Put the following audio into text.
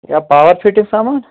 یا power fitting سامان